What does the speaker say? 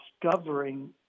discovering